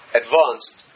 advanced